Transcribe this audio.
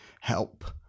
help